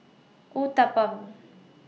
Uthapam